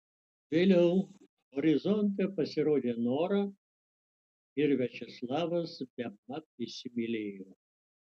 vėliau horizonte pasirodė nora ir viačeslavas bemat įsimylėjo